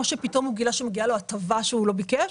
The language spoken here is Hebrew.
שפתאום הוא גילה שמגיעה לו הטבה שהוא לא ביקש.